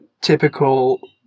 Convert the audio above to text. typical